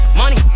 money